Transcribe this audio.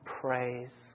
praise